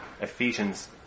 Ephesians